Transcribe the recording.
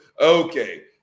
okay